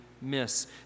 miss